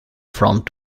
front